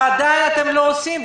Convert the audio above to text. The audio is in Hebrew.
ועדיין אתם לא עושים.